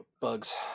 bugs